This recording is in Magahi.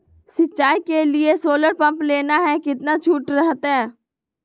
सिंचाई के लिए सोलर पंप लेना है कितना छुट रहतैय?